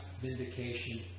vindication